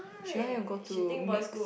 she want him go to mixed